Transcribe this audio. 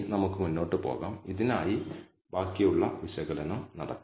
ഏത് തലത്തിലാണ് നിങ്ങൾ അതിനെ നിരാകരിക്കുക